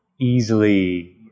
easily